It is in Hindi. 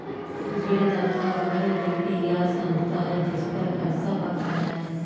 ऋणदाता वह व्यक्ति या संस्था है जिस पर पैसा बकाया है